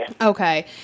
Okay